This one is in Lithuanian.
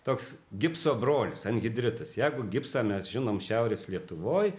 toks gipso brolis anhidritas jeigu gipsą mes žinom šiaurės lietuvoj